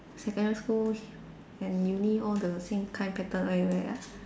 secondary school and uni all the same kind pattern